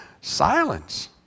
silence